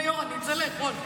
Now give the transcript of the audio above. אדוני היו"ר, אני אצא לאכול.